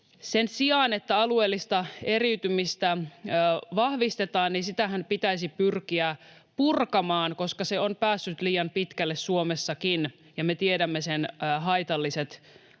Sen sijaan, että alueellista eriytymistä vahvistetaan, sitähän pitäisi pyrkiä purkamaan, koska se on päässyt liian pitkälle Suomessakin ja me tiedämme sen haitalliset